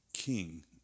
king